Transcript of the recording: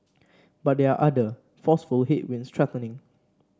but there are other forceful headwinds threatening